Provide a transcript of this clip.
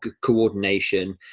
coordination